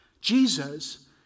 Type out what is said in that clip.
Jesus